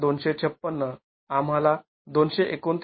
२५६ आम्हाला २२९